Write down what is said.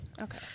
okay